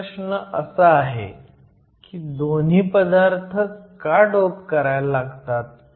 पहिला प्रश्न असा आहे की दोन्ही पदार्थ का डोप करायला लागतात